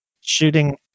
shooting